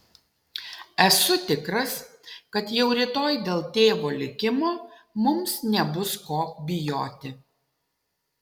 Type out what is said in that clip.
esu tikras kad jau rytoj dėl tėvo likimo mums nebus ko bijoti